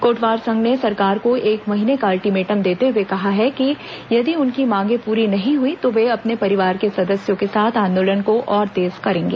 कोटवार संघ ने सरकार को एक महीने का अल्टीमेटम देते हुए कहा है कि यदि उनकी मांगे पूरी नहीं हुई तो वे अपने परिवार के सदस्यों के साथ आंदोलन को और तेज करेंगे